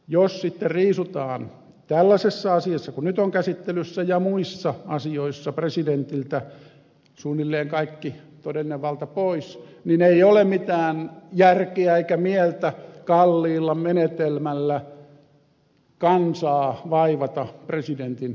jos sitten riisutaan tällaisessa asiassa kuin nyt on käsittelyssä ja muissa asioissa presidentiltä suunnilleen kaikki todellinen valta pois niin ei ole mitään järkeä eikä mieltä kalliilla menetelmällä kansaa vaivata presidentin valitsemisessa